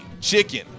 chicken